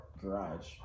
garage